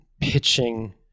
pitching